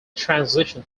transition